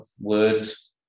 words